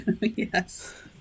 Yes